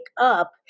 up